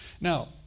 Now